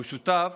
המשותף